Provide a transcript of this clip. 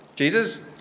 Jesus